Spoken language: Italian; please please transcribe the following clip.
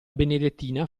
benedettina